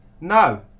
No